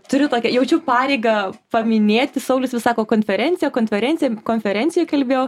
turiu tokią jaučiu pareigą paminėti saulius vis sako konferencija konferencija konferencijoj kalbėjau